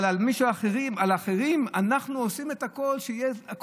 אבל על אחרים אנחנו עושים את הכול שכל